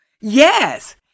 Yes